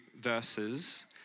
verses